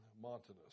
Montanus